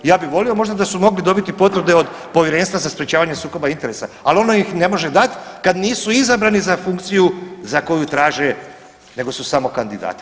I ja bi volio možda da su mogli dobiti potvrde od Povjerenstva za sprječavanje sukoba interesa, ali ono ih ne može dati kad nisu izabrani za funkciju za koju traže, nego su samo kandidat.